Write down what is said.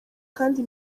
kandi